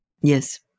yes